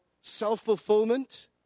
self-fulfillment